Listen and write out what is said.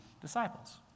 disciples